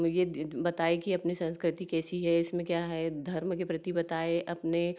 ये बताए कि अपनी संस्कृति कैसी है इसमें क्या है धर्म के प्रति बताए अपने